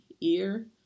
ear